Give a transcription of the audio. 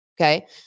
Okay